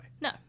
No